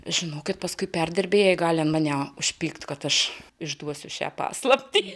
žinokit paskui perdirbėjai gali mane užpykt kad aš išduosiu šią paslaptį